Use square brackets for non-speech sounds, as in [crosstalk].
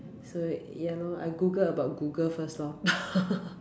so ya lor I Google about Google first lor [laughs]